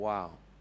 Wow